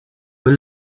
were